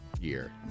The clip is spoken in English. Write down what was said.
year